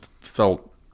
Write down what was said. felt